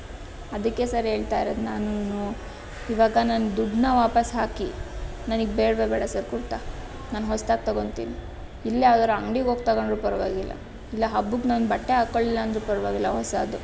ಅದಕ್ಕೆ ಸರ್ ಹೇಳ್ತಾ ಇರೋದು ನಾನೂ ಈವಾಗ ನನ್ನ ದುಡ್ಡನ್ನ ವಾಪಸ್ ಹಾಕಿ ನನಗೆ ಬೇಡವೇ ಬೇಡ ಸರ್ ಕುರ್ತಾ ನಾನು ಹೊಸದಾಗಿ ತೊಗೊತೀನಿ ಇಲ್ಲೇ ಯಾವ್ದಾದ್ರು ಅಂಗಡಿಗೆ ಹೋಗಿ ತೊಗಂಡ್ರು ಪರವಾಗಿಲ್ಲ ಇಲ್ಲ ಹಬ್ಬಕ್ಕೆ ನಾನು ಬಟ್ಟೆ ಹಾಕ್ಕೊಳ್ಳಿಲ್ಲ ಅಂದರೂ ಪರವಾಗಿಲ್ಲ ಹೊಸದು